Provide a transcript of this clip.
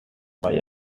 why